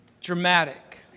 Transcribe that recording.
Dramatic